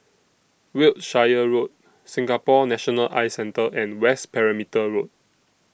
Wiltshire Road Singapore National Eye Centre and West Perimeter Road